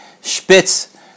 Spitz